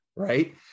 Right